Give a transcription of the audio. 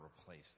replace